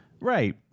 right